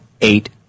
eight